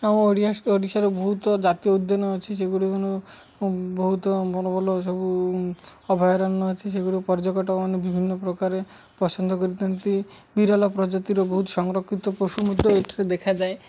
ଆମ ଓଡ଼ିଶାର ବହୁତ ଜାତୀୟ ଉଦ୍ୟାନ ଅଛି ବହୁତ ଭଲ ଭଲ ସବୁ ଅଭୟାରଣ୍ୟ ଅଛି ସେଗୁଡ଼ିକ ପର୍ଯ୍ୟଟକ ମାନେ ବିଭିନ୍ନ ପ୍ରକାରେ ପସନ୍ଦ କରିଥାନ୍ତି ବିରଳ ପ୍ରଜାତିର ବହୁତ ସଂରକ୍ଷିତ ପଶୁ ଏଠାରେ ଦେଖାଯାଏ